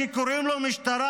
שקוראים לו משטרה,